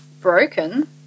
Broken